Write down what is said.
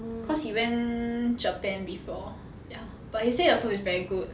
cause he went japan before ya but he say the food is very good